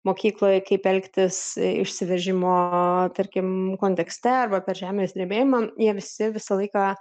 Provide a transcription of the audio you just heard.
mokykloje kaip elgtis išsiveržimo tarkim kontekste arba per žemės drebėjimą jie visi visą laiką